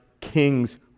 king's